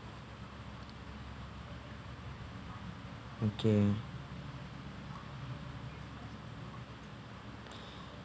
okay